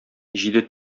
җиде